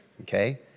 okay